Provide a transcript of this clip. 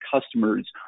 customers